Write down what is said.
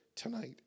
Tonight